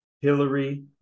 Hillary